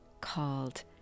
called